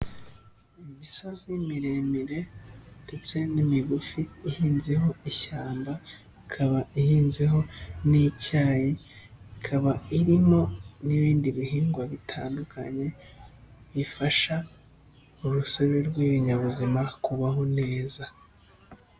Imisozi miremire ndetse n'imigufi ihinzeho ishyamba, ikaba ihinzeho n'icyayi, ikaba irimo n'ibindi bihingwa bitandukanye bifasha urusobe rw'ibinyabuzima kubaho neza.